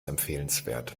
empfehlenswert